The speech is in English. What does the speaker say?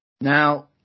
now